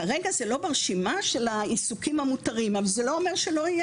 כרגע זה לא ברשימה של העיסוקים המותרים אבל זה לא אומר שלא יהיה